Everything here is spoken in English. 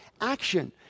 action